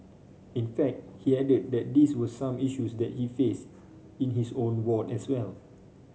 in fact he added that these were some issues that he faced in his own ward as well